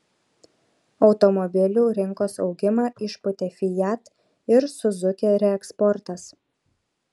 automobilių rinkos augimą išpūtė fiat ir suzuki reeksportas